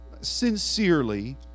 sincerely